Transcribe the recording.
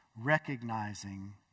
recognizing